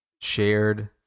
shared